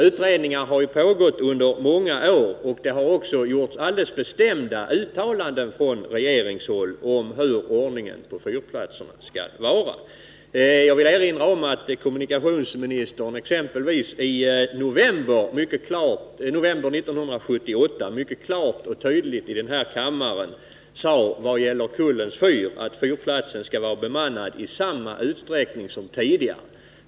Utredningar har ju pågått under många år, och man har från regeringshåll gjort alldeles bestämda uttalanden om hur ordningen på fyrplatserna skall vara. Jag vill erinra om att kommunikationsministern exempelvis i november 1978 beträffande Kullens fyr klart och tydligt i den här kammaren sade att fyrplatsen skall vara bemannad i samma utsträckning som tidigare.